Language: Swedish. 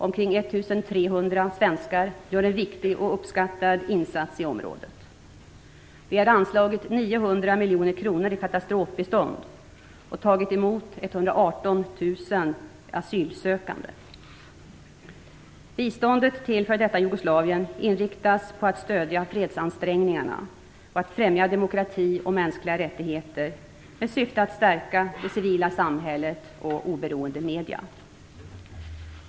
Omkring 1 300 svenskar gör en viktig och uppskattad insats i området. Vi har anslagit 900 miljoner kronor i katastrofbistånd och tagit emot 118 000 asylsökande. Biståndet till f.d. Jugoslavien inriktas på att stödja fredsansträngningarna och för att främja demokrati och mänskliga rättigheter med syfte att stärka det civila samhället och oberoende medier.